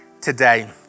today